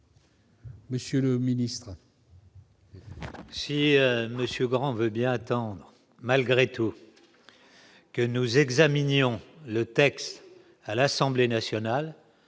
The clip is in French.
monsieur le ministre